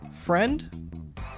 friend